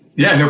yeah, no